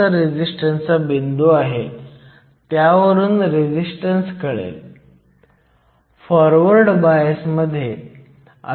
म्हणून जेव्हा जंक्शन तयार होते तेव्हा आपल्याला माहित असते की फर्मी लेव्हल्सची रेषा तयार करावी लागते